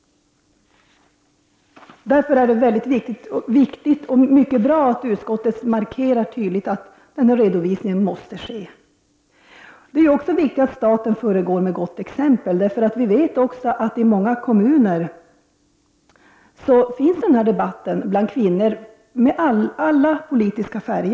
Därför är det viktigt och bra att utskottet tydligen markerar att denna redovisning måste göras. Det är också viktigt att staten föregår med gott exempel. Vi vet att det i många kommuner finns debatter bland kvinnor av olika politiska färg.